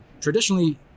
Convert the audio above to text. traditionally